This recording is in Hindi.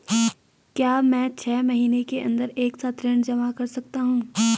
क्या मैं छः महीने के अन्दर एक साथ ऋण जमा कर सकता हूँ?